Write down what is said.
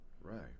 right